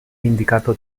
indicato